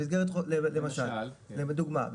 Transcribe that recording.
למשל לדוגמה,